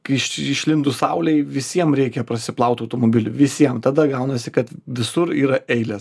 kai išlindus saulei visiem reikia prasiplaut automobilį visiem tada gaunasi kad visur yra eilės